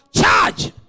charge